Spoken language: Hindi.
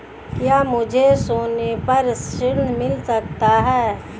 क्या मुझे सोने पर ऋण मिल सकता है?